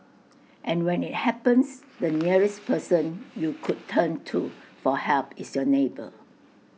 and when IT happens the nearest person you could turn to for help is your neighbour